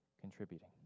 contributing